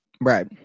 Right